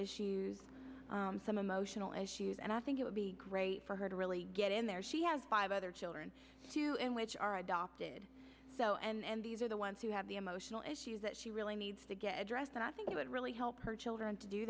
issues some emotional issues and i think it would be great for her to really get in there she has five other children too in which are adopted so and these are the ones who have the emotional issues that she really needs to get addressed and i think it would really help her children to do